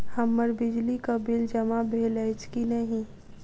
हम्मर बिजली कऽ बिल जमा भेल अछि की नहि?